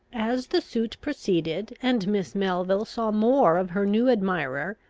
as the suit proceeded, and miss melville saw more of her new admirer,